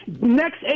next